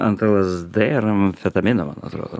ant lsd ir an amfetamino man atrodo